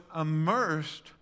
immersed